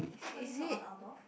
did somebody knock on our door